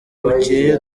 bukeye